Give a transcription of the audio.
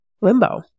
limbo